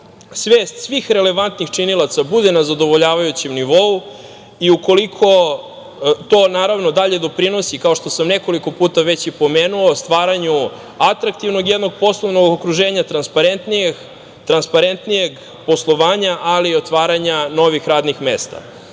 svest svih relevantnih činilaca bude na zadovoljavajućem nivou i ukoliko to naravno dalje doprinosi, kao što sam nekoliko puta već i pomenuo, stvaranju atraktivnog jednog poslovnog okruženja, transparentnijeg poslovanja, ali i otvaranja novih radnih mesta. Mi